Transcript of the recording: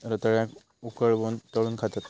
रताळ्याक उकळवून, तळून खातत